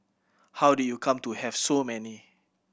how do you come to have so many